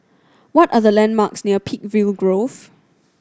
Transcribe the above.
what are the landmarks near Peakville Grove